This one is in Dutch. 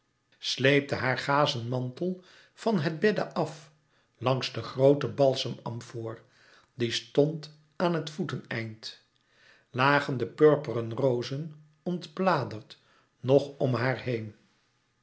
sleepte haar gazen mantel van het bedde af langs den grooten balsem amfoor die stond aan het voeteneind lagen de purperen rozen ontbladerd nog om haar heen